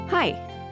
Hi